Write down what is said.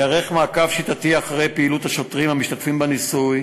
ייערך מעקב שיטתי אחרי פעילות השוטרים המשתתפים בניסוי